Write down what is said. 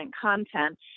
content